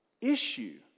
issue